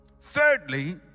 Thirdly